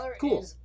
cool